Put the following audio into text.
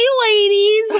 ladies